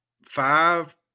five